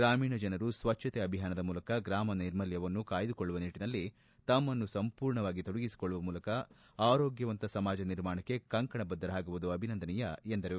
ಗ್ರಾಮೀಣ ಜನರು ಸ್ವಚ್ಛತೆ ಅಭಿಯಾನದ ಮೂಲಕ ಗ್ರಾಮ ನೈರ್ಮಲ್ಯವನ್ನು ಕಾಯ್ದುಕೊಳ್ಳುವ ನಿಟ್ಟಿನಲ್ಲಿ ತಮ್ನನ್ನು ಸಂಪೂರ್ಣವಾಗಿ ತೊಡಗಿಸಿಕೊಳ್ಳುವ ಮೂಲಕ ಆರೋಗ್ಬವಂತ ಸಮಾಜ ನಿರ್ಮಾಣಕ್ಕೆ ಕಂಕಣಬದ್ದರಾಗಿರುವುದು ಅಭಿನಂದನೀಯ ಎಂದರು